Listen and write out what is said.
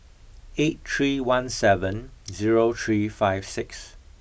eight three one seven zero three five six